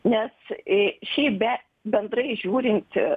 nes šiaip bendrai žiūrint